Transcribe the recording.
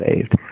saved